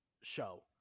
show